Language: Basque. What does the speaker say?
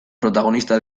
protagonista